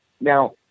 Now